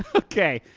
ah okay.